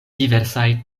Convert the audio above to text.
diversaj